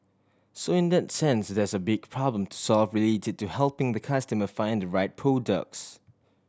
so in that sense there's a big problem to solve related to helping the customer find the right products